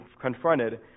confronted